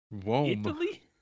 Italy